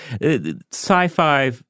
sci-fi